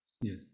Yes